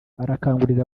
arakangurira